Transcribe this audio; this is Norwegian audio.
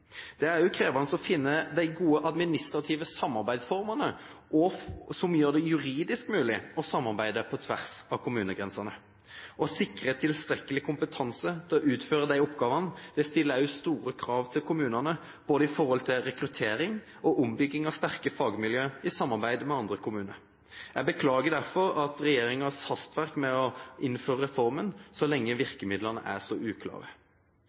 Det er også krevende å finne de gode administrative samarbeidsformene som gjør det juridisk mulig å samarbeide på tvers av kommunegrensene. Å sikre tilstrekkelig kompetanse til å utføre de nye oppgavene stiller også store krav til kommunene i forhold til både rekruttering og oppbygging av sterke fagmiljø i samarbeid med andre kommuner. Jeg beklager derfor regjeringens hastverk med å innføre reformen så lenge virkemidlene er så uklare.